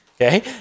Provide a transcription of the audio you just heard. okay